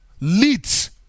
leads